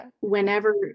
whenever